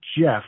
Jeff